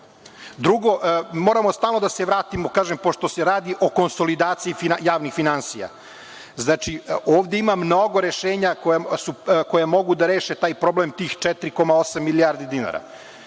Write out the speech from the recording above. toga? Drugo, moramo stalno da se vratimo, kažem pošto se radi o konsolidaciji javnih finansija, ovde ima mnogo rešenja koja mogu da reše taj problem tih 4,8 milijardi dinara.